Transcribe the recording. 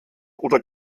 oder